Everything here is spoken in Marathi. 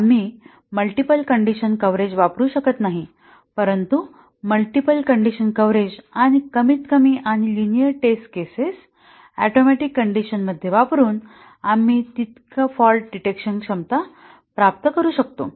आम्ही मल्टिपल कण्डिशन कव्हरेज वापरू शकत नाही परंतु मल्टिपल कंडीशन कव्हरेज आणि कमीतकमी आणि linear test cases atomic condition मध्ये वापरून आम्ही तितकी फॉल्ट डिटेक्शन क्षमता प्राप्त करू शकतो